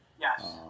Yes